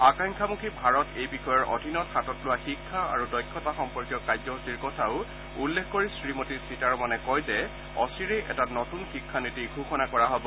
আক্যাংক্ষামুখী ভাৰত এই বিষয়ৰ অধীনত হাতত লোৱা শিক্ষা আৰু দক্ষতা সম্পৰ্কীয় কাৰ্যসুচীৰ কথাও উল্লেখ কৰি শ্ৰীমতী সীতাৰমণে কয় যে অচিৰেই এটা নতুন শিক্ষা নীতি ঘোষণা কৰা হ'ব